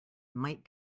might